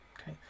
Okay